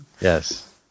Yes